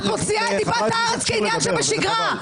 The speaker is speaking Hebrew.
את מוציאה דיבת הארץ כעניין שבשגרה.